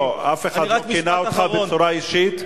לא, אף אחד לא כינה אותך בצורה אישית.